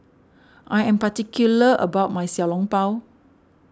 I am particular about my Xiao Long Bao